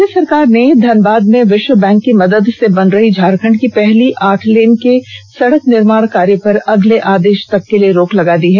राज्य सरकार ने धनबाद में विश्व बैंक की मदद से बन रही झारखंड की पहली आठ लेन के सड़क निर्माण कार्य पर अगले आदेश तक के लिए रोक लगा दी है